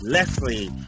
Leslie